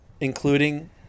including